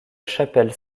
chapelle